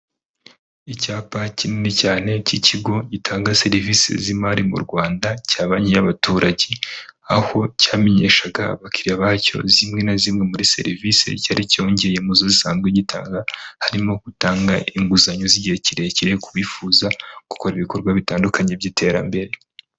Icyapa kinini cyane cy'ikigo gitanga serivisi z'imari mu rwanda cya banki y'abaturage aho cyamenyeshaga abakiriya bacyo zimwe na zimwe muri serivisi cyari cyongeye muzo zisanzwe gitanga harimo gutanga inguzanyo z'igihe kirekire ku bifuza gukora ibikorwa bitandukanye by'iterambere.